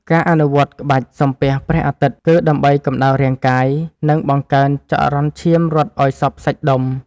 ការអនុវត្តក្បាច់ សំពះព្រះអាទិត្យ គឺដើម្បីកម្ដៅរាងកាយ និងបង្កើនចរន្តឈាមរត់ឱ្យសព្វសាច់ដុំ។